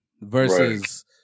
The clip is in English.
versus